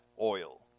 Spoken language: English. oil